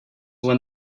when